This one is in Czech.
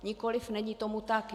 Nikoli, není tomu tak.